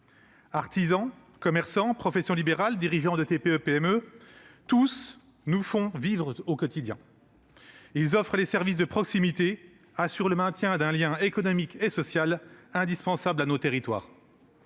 Artisans, commerçants, professions libérales, dirigeants de TPE-PME, tous nous font vivre au quotidien. Ils répondent aux demandes de services de proximité et assurent le maintien d'un lien économique et social indispensable dans nos territoires.